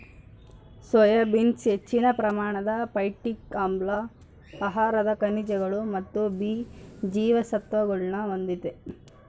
soya beans ಹೆಚ್ಚಿನ ಪ್ರಮಾಣದ phytic ಆಮ್ಲ ಆಹಾರದ ಖನಿಜಗಳು ಮತ್ತು ಬಿ ಜೀವಸತ್ವಗುಳ್ನ ಹೊಂದಿದೆ